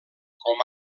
com